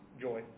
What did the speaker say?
joy